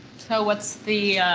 so, what's the